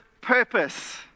purpose